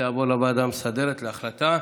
זה יעבור לוועדה המסדרת להחלטה.